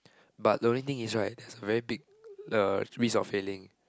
but the main thing is right there's a very big the risk of failing